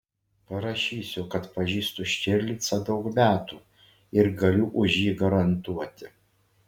parašysiu kad pažįstu štirlicą daug metų ir galiu už jį garantuoti